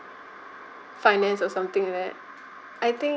finance or something like that I think